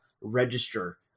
register